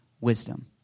wisdom